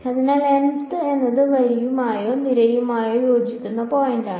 അതിനാൽ mth എന്നത് വരിയുമായോ നിരയുമായോ യോജിക്കുന്ന പോയിന്റാണ്